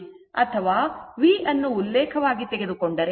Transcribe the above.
ಅಥವಾ v ಅನ್ನು ಉಲ್ಲೇಖವಾಗಿ ತೆಗೆದುಕೊಂಡರೆ ಇದು ನನ್ನ v ಆಗಿದೆ